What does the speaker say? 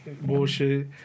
bullshit